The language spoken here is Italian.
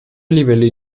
livelli